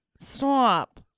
Stop